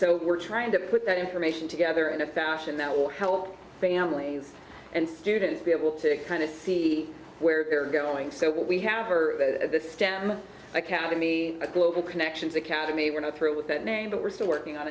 so we're trying to put that information together in a fashion that will help families and students be able to kind of see where they're going so what we have are this stem academy at global connections academy we're not through with that name but we're still working on